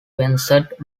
vincent